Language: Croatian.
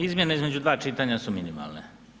Izmjene između dva čitanja su minimalne.